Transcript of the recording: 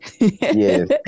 Yes